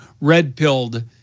red-pilled